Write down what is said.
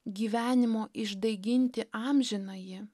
gyvenimo iš daiginti amžinąjį